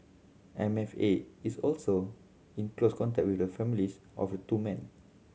M F A is also in close contact with the families of the two men